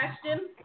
question